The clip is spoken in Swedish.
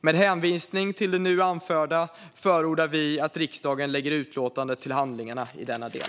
Med hänvisning till det nu anförda förordar vi att riksdagen lägger utlåtandet till handlingarna i denna del.